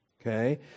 Okay